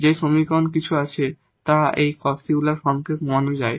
যে কিছু সমীকরণ আছে যা এই Cauchy Euler ফর্মকে কমানো যায়